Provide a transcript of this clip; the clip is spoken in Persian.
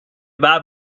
ببر